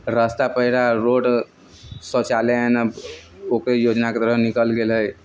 रास्ता पेरा रोड शौचालय एने ओकर योजनाके तरह निकलि गेल हइ